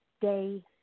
day